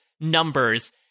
numbers